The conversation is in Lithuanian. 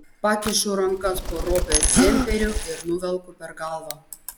pakišu rankas po robio džemperiu ir nuvelku per galvą